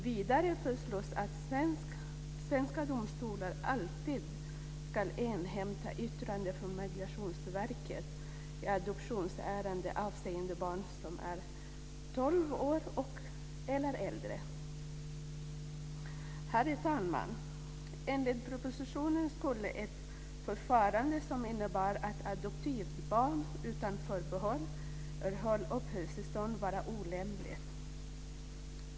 Vidare föreslås att svenska domstolar alltid ska inhämta yttrande från Migrationsverket i adoptionsärenden avseende barn som är tolv år eller äldre. Herr talman! Enligt propositionen skulle ett förfarande som innebär att adoptivbarn utan förbehåll erhåller uppehållstillstånd vara olämpligt.